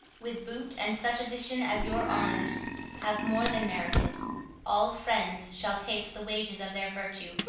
with boot, and such addition as your honours have more than merited all friends shall taste the wages of their virtue,